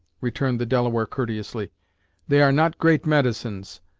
returned the delaware courteously they are not great medicines.